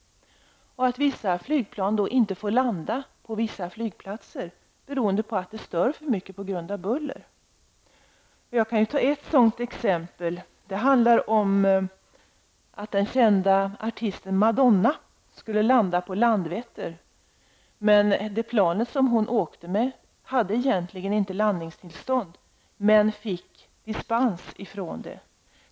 En del flygplan får inte landa på vissa flygplatser beroende på det alltför störande bullret. Jag kan nämna ett sådant exempel. Den kända artisten Madonna färdades med ett flygplan som skulle landa på Landvetter. Flygplanet hade egentligen inte landningstillstånd, men det fick dispens från landningsförbudet.